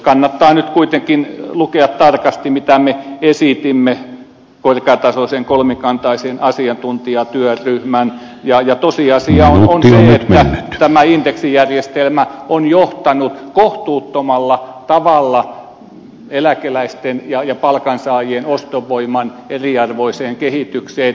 kannattaa nyt kuitenkin lukea tarkasti mitä me esitimme korkeatasoisen kolmikantaisen asiantuntijatyöryhmän ja tosiasia on se että tämä indeksijärjestelmä on johtanut kohtuuttomalla tavalla eläkeläisten ja palkansaajien ostovoiman eriarvoiseen kehitykseen